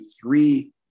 three